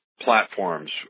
platforms